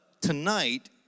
tonight